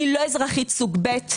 אני לא אזרחית סוג ב'.